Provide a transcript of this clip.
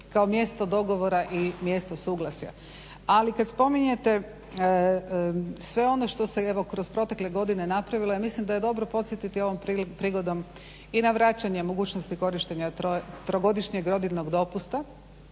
kao mjesto dogovora i mjesto suglasja. Ali kad spominjete sve ono što se evo kroz protekle godine napravilo ja mislim da je dobro podsjetiti ovom prigodom i na vraćanje mogućnosti korištenja trogodišnjeg rodiljnog dopusta